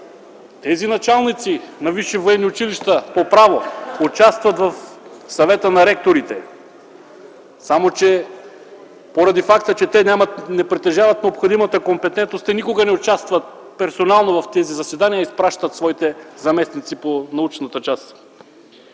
военни училища по право участват в Съвета на ректорите, само че поради факта, че не притежават необходимата компетентност, те никога не участват персонално в тези заседания, а изпращат своите заместници по научната част.